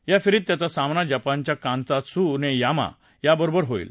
या फेरीत त्याचा सामना जपानच्या कांता त्सू ने यामा बरोबर होईल